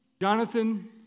Jonathan